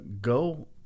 Go